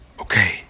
Okay